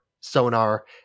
sonar